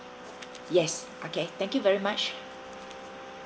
yes okay thank you very much